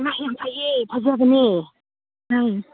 ꯏꯃꯥ ꯌꯥꯝ ꯐꯩꯌꯦ ꯐꯖꯕꯅꯦ ꯎꯝ